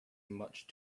much